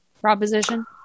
proposition